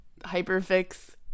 Hyperfix